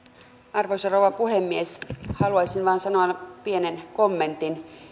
arvoisa rouva puhemies haluaisin vain sanoa pienen kommentin